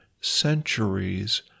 centuries